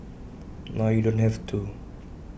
now you don't have to